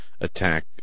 attack